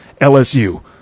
LSU